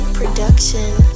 Production